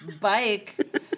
bike